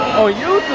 are you